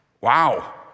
Wow